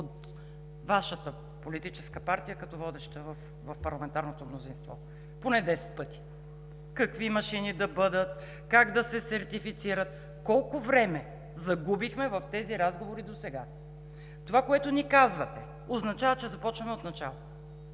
от Вашата политическа партия като водеща в парламентарното мнозинство? Поне 10 пъти. Какви машини да бъдат, как да се сертифицират? Колко време загубихме в тези разговори досега? Това, което ни казвате, означава, че започваме отначало.